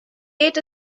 geht